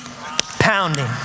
pounding